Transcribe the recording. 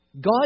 God